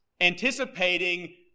anticipating